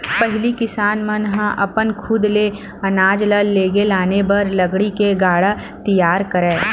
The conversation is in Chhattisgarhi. पहिली किसान मन ह अपन खुद ले अनाज ल लेगे लाने बर लकड़ी ले गाड़ा तियार करय